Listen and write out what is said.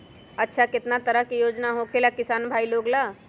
अच्छा कितना तरह के योजना होखेला किसान भाई लोग ला?